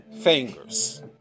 fingers